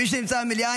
מי שנמצא במליאה,